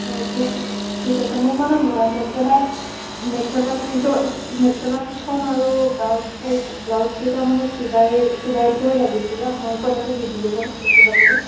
হয় ঠিক আছে ঠিক আছে মোক মানে মেখেলা মেখেলা কেইযোৰ মেখেলা কেইখন আৰু ব্লাউজ কেই ব্লাউজ কেইটা মানে চিলাই চিলাই থোৱাই লাগিছিলে আপোনালোকৰ তাতে দি দিলোঁ হয় তেতিয়া চিলাবলৈ